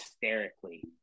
hysterically